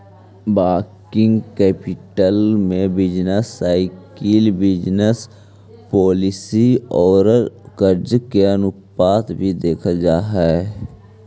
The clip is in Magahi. वर्किंग कैपिटल में बिजनेस साइकिल बिजनेस पॉलिसी औउर कर्ज के अनुपात भी देखल जा हई